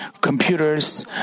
computers